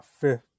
fifth